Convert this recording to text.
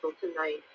tonight